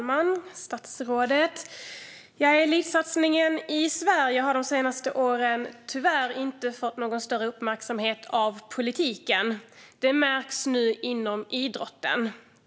Fru talman! Elitsatsningen i Sverige har de senaste åren tyvärr inte fått någon större uppmärksamhet av politiken. Det märks nu inom idrotten.